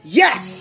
yes